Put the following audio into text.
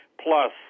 Plus